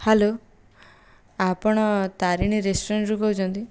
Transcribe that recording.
hello ଆପଣ ତାରିଣୀ ରେଷ୍ଟୁରାଣ୍ଟରୁ କହୁଛନ୍ତି